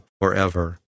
forever